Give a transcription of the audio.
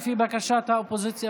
לפי בקשת האופוזיציה,